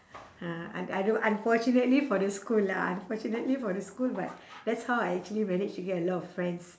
ah I I don't unfortunately for the school lah unfortunately for the school but that's how I actually managed to get a lot of friends